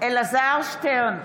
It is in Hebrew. אלעזר שטרן,